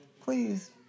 please